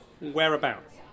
Whereabouts